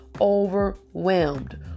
overwhelmed